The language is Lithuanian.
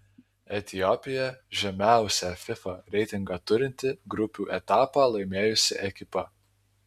etiopija žemiausią fifa reitingą turinti grupių etapą laimėjusi ekipa